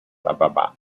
ababa